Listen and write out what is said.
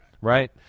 right